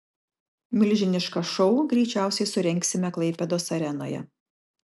milžinišką šou greičiausiai surengsime klaipėdos arenoje